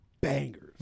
bangers